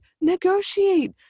negotiate